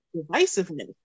divisiveness